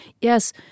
yes